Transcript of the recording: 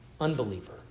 unbeliever